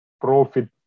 profit